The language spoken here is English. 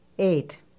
Eight